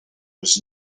was